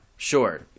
sure